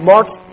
Mark's